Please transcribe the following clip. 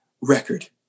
record